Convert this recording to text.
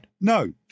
No